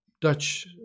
Dutch